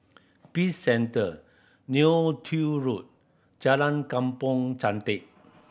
Peace Centre Neo Tiew Road Jalan Kampong Chantek